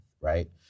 right